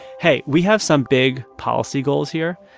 hey, we have some big policy goals here.